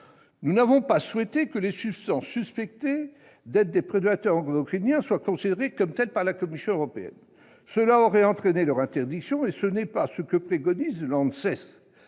Nous n'avons pas souhaité, quant à nous, que les substances suspectées d'être des perturbateurs endocriniens soient considérées comme telles par la Commission européenne. En effet, cela aurait entraîné leur interdiction, et tel n'est pas ce que préconise l'ANSES